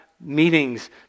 meetings